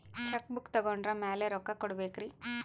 Check book ತೊಗೊಂಡ್ರ ಮ್ಯಾಲೆ ರೊಕ್ಕ ಕೊಡಬೇಕರಿ?